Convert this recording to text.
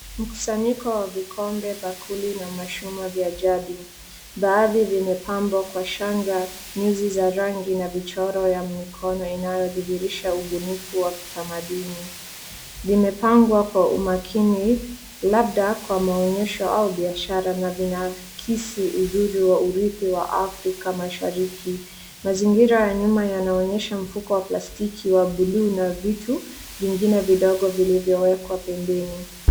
Mkusanyiko wa vikombe, bakuli ma mashuma vya jadi. Baadhi vimepambwa kwa shanga, nyuzi za rangi na vichoro ya mikono, inayodhihirisha ubunifu wa kitamaduni. Vimepangwa kwa umakini, labda kwa maonyesho au biashara, na vinakisi uzuri wa uridhi wa Africa Mashariki. Mazingira ya nyuma yanaonyesha mfuko wa plastiki wa buluu, na vitu vingine vidogo vilivyowekwa pembeni.